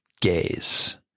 gaze